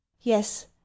Yes